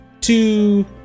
two